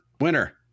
winner